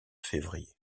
février